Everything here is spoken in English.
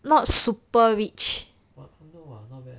not super rich